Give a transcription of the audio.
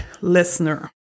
listener